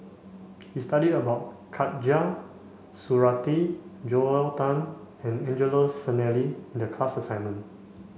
we studied about Khatijah Surattee Joel Tan and Angelo Sanelli in the class assignment